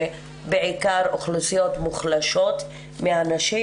ובעיקר אוכלוסיות מוחלשות מהנשים,